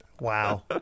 wow